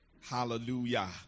Hallelujah